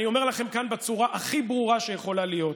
אני אומר לכם כאן בצורה הכי ברורה שיכולה להיות: